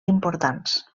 importants